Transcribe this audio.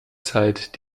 zeit